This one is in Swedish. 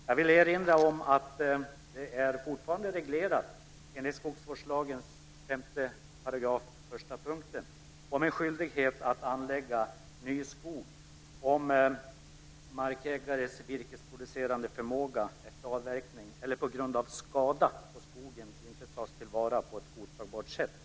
Jag vill erinra om att det fortfarande finns en reglering, enligt skogsvårdslagen 5 § punkt 1, om skyldighet att anlägga ny skog "om markens virkesproducerande förmåga efter avverkning eller på grund av skada på skogen inte tas till vara på ett godtagbart sätt".